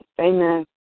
Amen